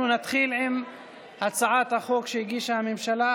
אנחנו נתחיל עם הצעת החוק שהגישה הממשלה,